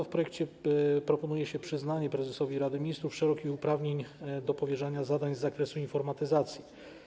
W projekcie ustawy proponuje się przyznanie prezesowi Rady Ministrów szerokich uprawnień do powierzania zadań z zakresu informatyzacji.